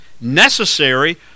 necessary